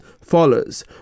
follows